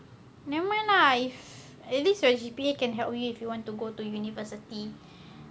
nevermind lah if at least your G_P_A can help you if you want to go to university